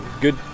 good